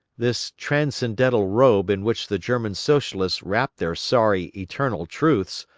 this transcendental robe in which the german socialists wrapped their sorry eternal truths,